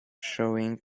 showing